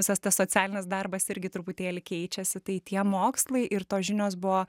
visas tas socialinis darbas irgi truputėlį keičiasi tai tie mokslai ir tos žinios buvo